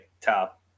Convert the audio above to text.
top